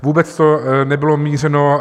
Vůbec to nebylo mířeno...